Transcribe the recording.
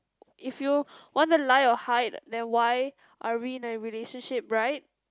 if you want to lie or hide then why are we in a relationship right